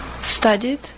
Studied